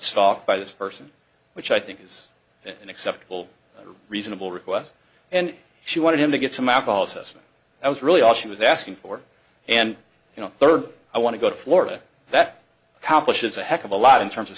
d by this person which i think is an acceptable reasonable request and she wanted him to get some at all assessment that was really all she was asking for and you know third i want to go to florida that power pushes a heck of a lot in terms of